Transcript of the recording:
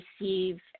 receive